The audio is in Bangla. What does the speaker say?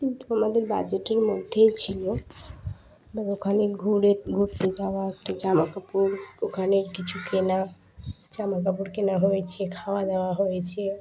কিন্তু আমাদের বাজেটের মধ্যেই ছিল ম ওখানে ঘুরে ঘুরতে যাওয়া একটা জামাকাপড় ওখানে কিছু কেনা জামা কাপড় কেনা হয়েছে খাওয়া দাওয়া হয়েছে